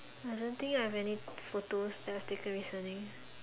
I don't think I have any photos that I taken recently